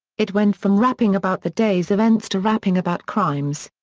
it went from rapping about the day's events to rapping about crimes.